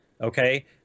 okay